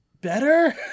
better